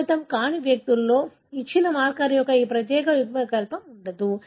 ప్రభావితం కాని వ్యక్తులలో ఇచ్చిన మార్కర్ యొక్క ఈ ప్రత్యేక యుగ్మ వికల్పం ఉండదు